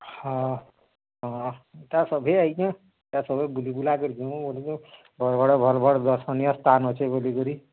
ହଁ ହଁ ଇ'ଟା ସଭେଁ ଆଇଛନ୍ ଇ'ଟା ସବୁ ବୁଲିବୁଲା କରି ଜିମୁ ବର୍ଗଡ଼େ ଭଲ୍ ଭଲ୍ ଦର୍ଶନୀୟ ସ୍ଥାନ୍ ଅଛେ ବୁଲିକରି